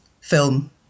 Film